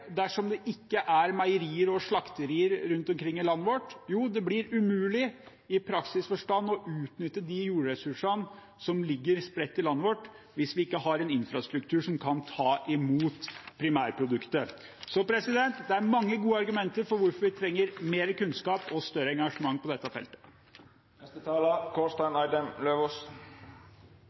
dersom det ikke er meierier og slakterier rundt omkring i landet vårt? Jo, det blir praktisk umulig å utnytte de jordressursene som ligger spredt i landet vårt, hvis vi ikke har en infrastruktur som kan ta imot primærproduktet. Det er altså mange gode argumenter for hvorfor vi trenger mer kunnskap og større engasjement på dette